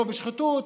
לא בשחיתות.